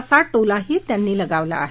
असा टोलाही त्यांनी लगावला आहे